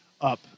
up